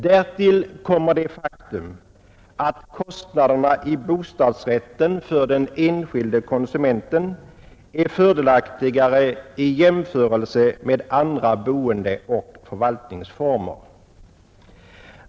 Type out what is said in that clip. Därtill kommer det faktum att kostnaderna i bostadsrätten för den enskilde konsumenten är fördelaktigare i jämförelse med andra boendeoch förvaltningsformer.